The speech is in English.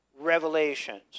revelations